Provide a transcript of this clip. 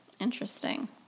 Interesting